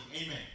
Amen